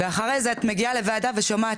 ואחרי זה את מגיעה לוועדה ושומעת,